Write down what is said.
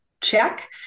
check